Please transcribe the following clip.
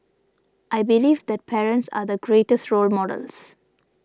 I believe that parents are the greatest role models